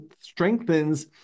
strengthens